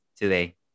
today